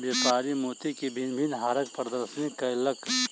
व्यापारी मोती के भिन्न भिन्न हारक प्रदर्शनी कयलक